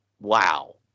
wow